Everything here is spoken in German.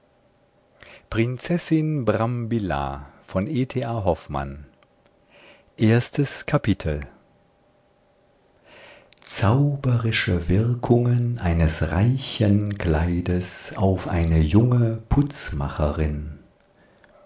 erstes kapitel zauberische wirkungen eines reichen kleides auf eine junge